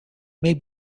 may